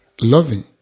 Loving